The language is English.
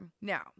Now